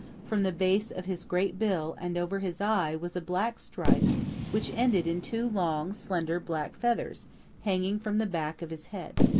from the base of his great bill and over his eye was a black stripe which ended in two long, slender, black feathers hanging from the back of his head.